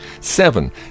Seven